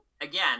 again